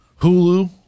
Hulu